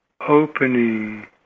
opening